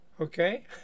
Okay